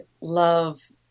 love